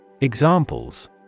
Examples